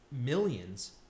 millions